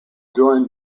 joined